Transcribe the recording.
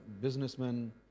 businessmen